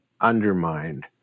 undermined